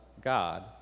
God